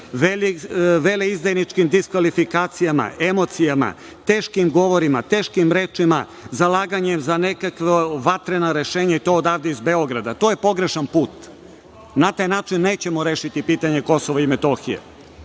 veleizdajničkim diskvalifikacijama, emocijama, teškim govorima, teškim rečima, zalaganjem za nekakva vatrena rešenja i to odavde iz Beograda. To je pogrešan put. Na taj način nećemo rešiti pitanje Kosova i Metohije. Naveli